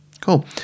Cool